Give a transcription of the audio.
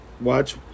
watch